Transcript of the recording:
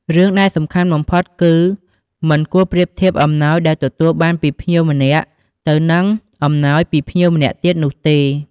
រឿងដែលសំខាន់បំផុតគឺ មិនគួរប្រៀបធៀប អំណោយដែលទទួលបានពីភ្ញៀវម្នាក់ទៅនឹងអំណោយពីភ្ញៀវម្នាក់ទៀតនោះទេ។